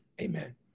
Amen